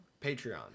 Patreon